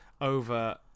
over